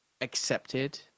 accepted